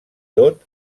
tot